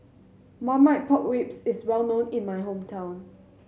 Marmite Pork Ribs is well known in my hometown